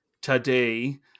today